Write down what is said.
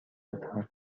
لطفا